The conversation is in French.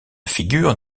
figure